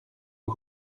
een